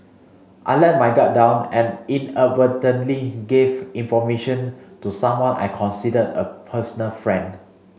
I let my guard down and inadvertently gave information to someone I considered a personal friend